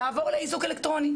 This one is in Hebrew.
לעבור לאיזוק אלקטרוני.